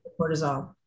cortisol